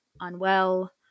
unwell